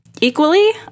equally